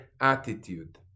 attitude